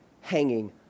hanging